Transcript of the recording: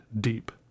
deep